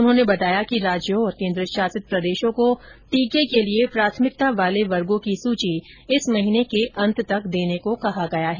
उन्होंने बताया कि राज्यों और केंद्रशासित प्रदेशों को टीके के लिए प्राथमिकता वाले वर्गों की सूची इस महीने के अंत तक देने को कहा गया है